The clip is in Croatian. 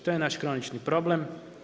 To je naš kronični problem.